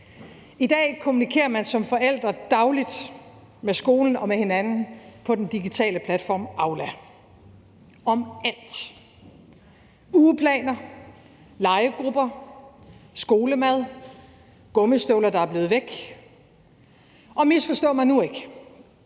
I dag kommunikerer man som forælder dagligt med skolen og med hinanden på den digitale platform Aula om alt – ugeplaner, legegrupper, skolemad og gummistøvler, der er blevet væk. Misforstå mig nu ikke: